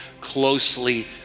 closely